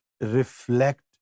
reflect